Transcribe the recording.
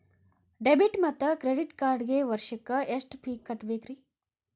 Debit ಮತ್ತು credit ಕಾರ್ಡ್ಗೆ ವರ್ಷಕ್ಕ ಎಷ್ಟ ಫೇ ಕಟ್ಟಬೇಕ್ರಿ?